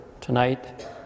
tonight